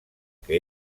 que